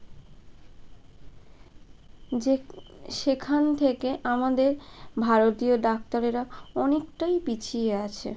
যে সেখান থেকে আমাদের ভারতীয় ডাক্তারেরা অনেকটাই পিছিয়ে আছে